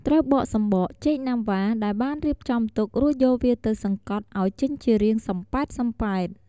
ត្រូវបកសម្បក ចេកណាំវ៉ា ដែលបានរៀបចំទុក រួចយកវាទៅសង្កត់អោយចេញជារាងសម្ពែតៗ។